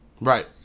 Right